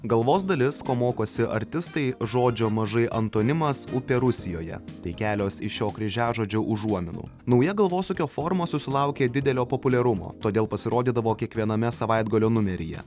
galvos dalis ko mokosi artistai žodžio mažai antonimas upė rusijoje tai kelios iš šio kryžiažodžio užuominų nauja galvosūkio forma susilaukė didelio populiarumo todėl pasirodydavo kiekviename savaitgalio numeryje